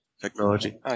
Technology